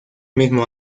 mismo